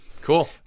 Cool